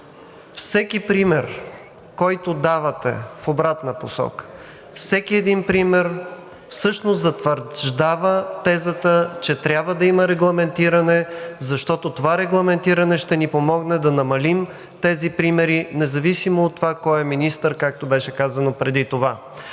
Всеки пример, който давате в обратна посока, всеки един пример всъщност затвърждава тезата, че трябва да има регламентиране, защото това регламентиране ще ни помогне да намалим тези примери, независимо от това кой е министър, както беше казано преди това.